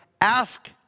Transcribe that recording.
ask